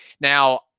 Now